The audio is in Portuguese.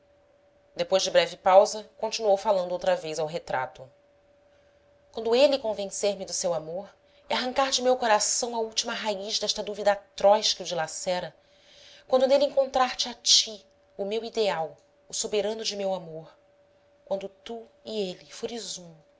depois de breve pausa continuou falando outra vez ao retrato quando ele convencer-me do seu amor e arrancar de meu coração a última raiz desta dúvida atroz que o dilacera quando nele encontrar-te a ti o meu ideal o soberano de meu amor quando tu e ele